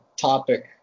topic